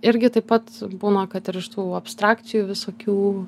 irgi taip pat būna kad ir iš tų abstrakcijų visokių